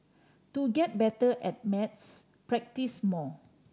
to get better at maths practise more